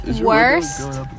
Worst